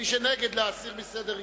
מי שנגד, להסיר מסדר-היום.